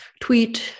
tweet